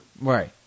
Right